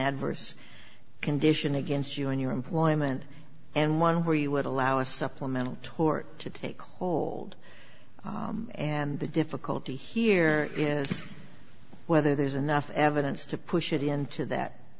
adverse condition against you in your employment and one where you would allow a supplemental tort to take hold and the difficulty here is whether there's enough evidence to push it into that